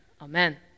amen